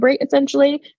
essentially